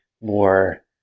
more